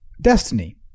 Destiny